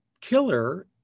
killer